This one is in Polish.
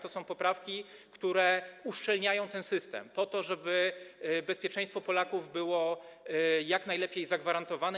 To są poprawki, które uszczelniają ten system po to, żeby bezpieczeństwo Polaków było jak najlepiej zagwarantowane.